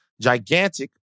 gigantic